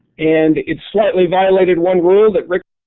and it slightly violated one rule that rick